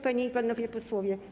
Panie i Panowie Posłowie!